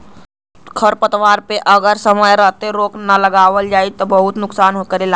खरपतवार पे अगर समय रहते रोक ना लगावल जाई त इ बहुते नुकसान करेलन